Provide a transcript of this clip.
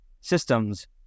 systems